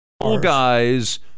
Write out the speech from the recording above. guys